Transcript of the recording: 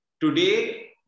today